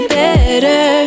better